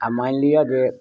आ मानि लिअ जे